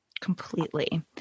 Completely